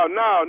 no